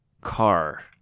car